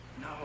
No